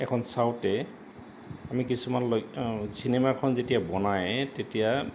এখন চাওঁতে আমি কিছুমান চিনেমাখন যেতিয়া বনায় তেতিয়া